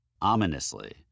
Ominously